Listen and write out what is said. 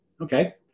Okay